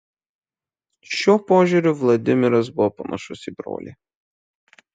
šiuo požiūriu vladimiras buvo panašus į brolį